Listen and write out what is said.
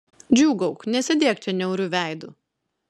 džiūgauk nesėdėk čia niauriu veidu